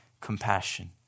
compassion